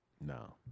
No